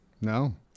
No